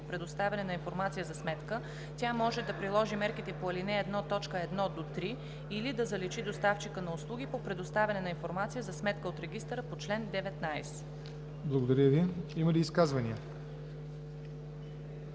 предоставяне на информация за сметка, тя може да приложи мерките по ал. 1, т.1 – 3 или да заличи доставчика на услуги по предоставяне на информация за сметка от регистъра по чл. 19.“ ПРЕДСЕДАТЕЛ ЯВОР НОТЕВ: Има ли изказвания?